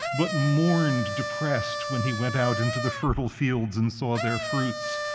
but mourned, depressed, when he went out into the fertile fields and saw their fruits.